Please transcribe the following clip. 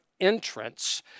entrance